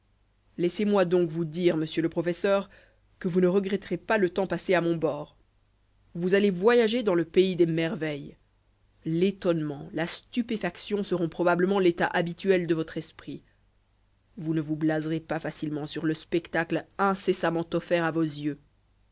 laissez-moi donc vous dire monsieur le professeur que vous ne regretterez pas le temps passé à mon bord vous allez voyager dans le pays des merveilles l'étonnement la stupéfaction seront probablement l'état habituel de votre esprit vous ne vous blaserez pas facilement sur le spectacle incessamment offert à vos yeux